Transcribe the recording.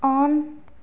on